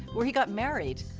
where he got married,